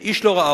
שאיש לא ראה,